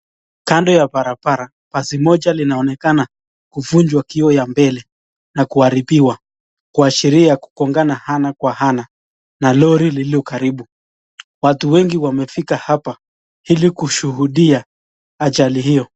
Kando ya barabara, basi moja linaonekana kuvunjwa kioo ya mbele na kuharibiwa kuashiria ya kugongana ana kwa ana na lori lililo karibu ,watu wengi wamefika hapa ili kushuhudia ajali hio.